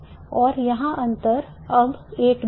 और यहाँ अंतर अब 8B है